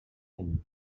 him